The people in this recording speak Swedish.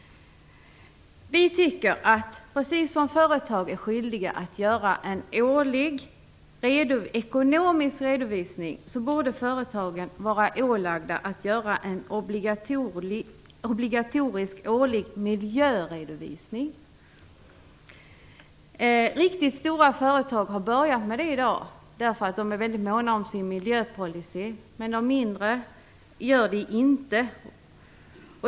Precis som företag är skyldiga att göra en årlig ekonomisk redovisning borde företagen vara ålagda att göra en obligatorisk årlig miljöredovisning. Riktigt stora företag har börjat med det i dag därför att de är mycket måna om sin miljöpolicy, men de mindre gör det inte.